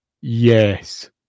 Yes